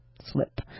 slip